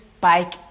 bike